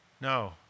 No